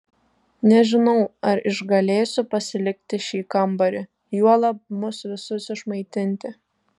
nežinau ar išgalėsiu pasilikti šį kambarį juolab mus visus išmaitinti